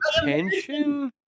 attention